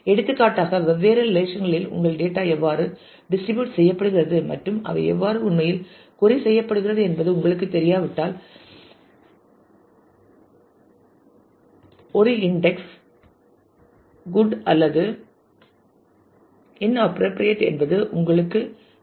எடுத்துக்காட்டாக வெவ்வேறு ரிலேஷன் களில் உங்கள் டேட்டா எவ்வாறு டிஸ்ட்ரிபியூட் செய்யப்படுகிறது மற்றும் அவை எவ்வாறு உண்மையிலேயே கொறி செய்யப்படுகிறது என்பது உங்களுக்குத் தெரியாவிட்டால் ஒரு இன்டெக்ஸ் குட் அல்லது அது இன்அப்ரோபிரியேட் என்பது உங்களுக்குத் தெரியாது